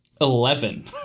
Eleven